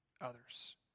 others